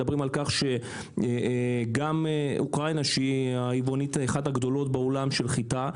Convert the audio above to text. מדברים על כך שגם אוקראינה שהיא היבואנית אחת הגדולות בעולם של חיטה,